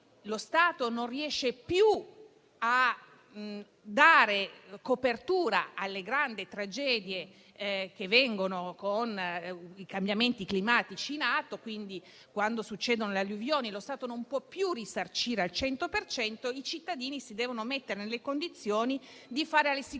lo Stato non riesce più a dare copertura alle grandi tragedie che avvengono con i cambiamenti climatici in atto e che quindi, quando vi sono le alluvioni, lo Stato non può più risarcire al 100 per cento, e dunque che i cittadini si devono mettere nelle condizioni di fare le assicurazioni.